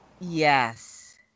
Yes